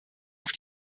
auf